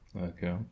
Okay